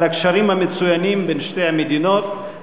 על הקשרים המצוינים בין שתי המדינות,